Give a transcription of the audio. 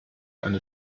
eine